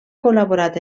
col·laborat